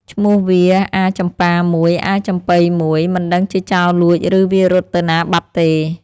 ឈ្មោះវាអាចំប៉ា១ អាចំប៉ី១ មិនដឹងជាចោរលួច ឬ វារត់ទៅណាបាត់ទេ